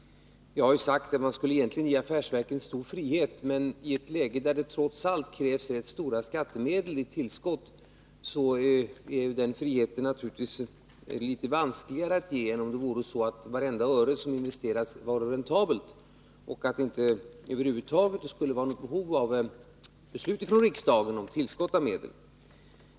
Jag har ju sagt att man egentligen skulle ge affärsverken stor frihet, men i ett läge där det trots allt krävs rätt stora skattemedel i tillskott är det litet vanskligare att ge den friheten än om det vore så att vartenda öre som investeras var räntabelt och att det över huvud taget inte fanns något behov av beslut från riksdagens sida om tillskott av medel.